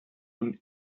und